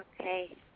Okay